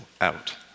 out